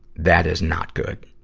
that is not good.